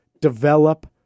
develop